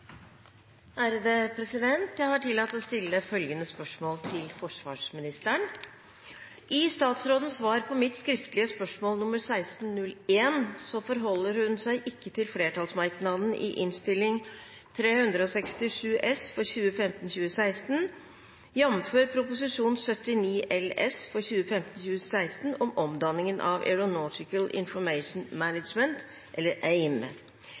er forebygging. Jeg har tillatt meg å stille følgende spørsmål til forsvarsministeren: «I statsrådens svar på mitt skriftlige spørsmål nr. 1601 forholder hun seg ikke til flertallsmerknaden i Innstilling 367 S for 2015–2016 jf. Prop. 79 LS for 2015–2016 om omdanningen av